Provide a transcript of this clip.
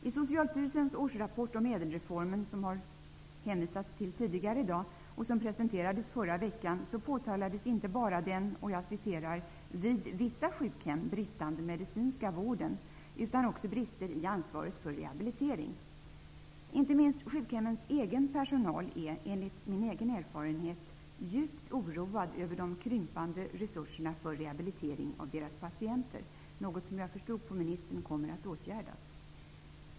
I Socialstyrelsens årsrapport om ÄDEL-reformen, som det hänvisats till tidigare i dag och som presenterades förra veckan, påtalades inte bara den utan också brister i ansvaret för rehabilitering. Inte minst sjukhemmens egen personal är enligt min egen erfarenhet djupt oroad över de krympande resurserna för rehabilitering av deras patienter. Av ministern förstod jag att detta är något som kommer att åtgärdas.